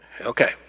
Okay